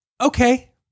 Okay